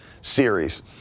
series